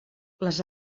les